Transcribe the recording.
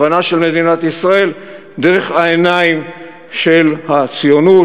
הבנה של מדינת ישראל דרך העיניים של הציונות,